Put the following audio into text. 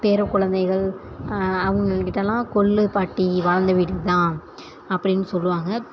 பேரக்குழந்தைகள் அவங்ககிட்டலாம் கொள்ளு பாட்டி வாழ்ந்த வீடு இதுதான் அப்படின்னு சொல்லுவாங்க